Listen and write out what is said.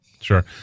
Sure